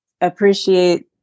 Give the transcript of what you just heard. appreciate